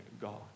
God